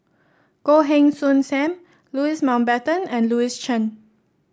Goh Heng Soon Sam Louis Mountbatten and Louis Chen